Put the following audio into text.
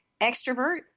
extrovert